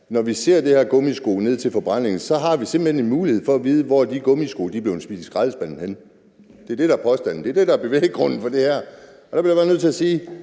når vi ser de her gummisko komme ned til forbrænding, så har vi simpelt hen en mulighed for at vide, hvor de gummisko er blevet smidt i skraldespanden henne. Det er det, der er påstanden, og det er det, der er bevæggrunden for det her. Der bliver jeg bare nødt til at sige,